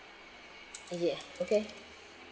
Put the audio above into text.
ya okay